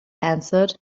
answered